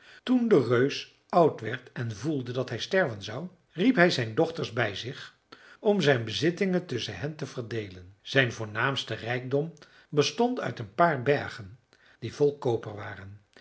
toen de reus oud werd en voelde dat hij sterven zou riep hij zijn dochters bij zich om zijn bezittingen tusschen hen te verdeelen zijn voornaamste rijkdom bestond uit een paar bergen die vol koper waren